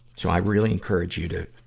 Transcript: so i really encourage you to,